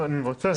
אני רוצה.